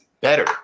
better